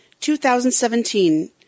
2017